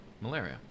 Malaria